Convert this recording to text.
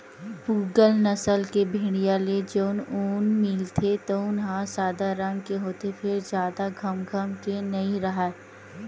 पूगल नसल के भेड़िया ले जउन ऊन मिलथे तउन ह सादा रंग के होथे फेर जादा घमघम ले नइ राहय